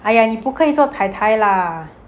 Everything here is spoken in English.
!aiya! 你不可以做 tai tai lah